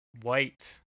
white